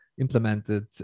implemented